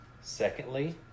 Secondly